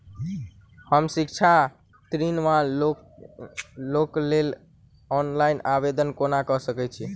हम शिक्षा ऋण वा लोनक लेल ऑनलाइन आवेदन कोना कऽ सकैत छी?